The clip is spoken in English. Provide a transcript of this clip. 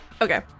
Okay